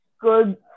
good